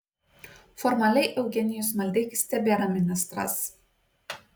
formaliai eugenijus maldeikis tebėra ministras